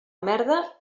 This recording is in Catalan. merda